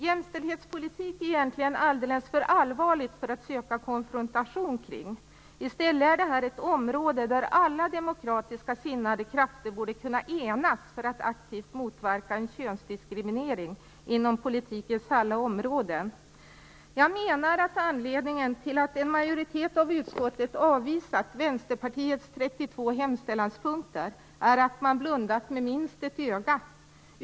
Jämställdhetspolitik är egentligen alldeles för allvarligt för att söka konfrontation kring. I stället är detta ett område där alla demokratiskt sinnade krafter borde kunna enas för att aktivt kunna motverka en könsdiskriminering inom politikens alla områden. Jag menar att anledningen till att en majoritet av utskottet avvisat Vänsterpartiets 32 hemställanspunkter är att man blundat med minst ett öga.